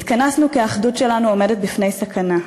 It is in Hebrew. התכנסנו כי האחדות שלנו עומדת בפני סכנה.